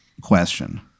question